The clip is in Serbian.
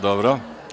Dobro.